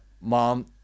Mom